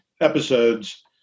episodes